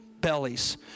bellies